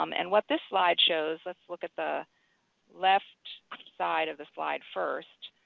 um and what this slide shows, let's look at the left side of the slide first.